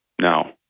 no